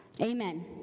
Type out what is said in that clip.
Amen